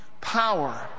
power